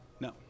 No